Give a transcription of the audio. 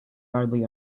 hardly